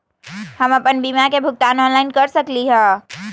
हम अपन बीमा के भुगतान ऑनलाइन कर सकली ह?